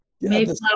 mayflower